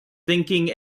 thinking